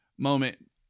Moment